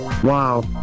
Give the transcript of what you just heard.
Wow